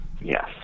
Yes